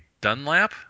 Dunlap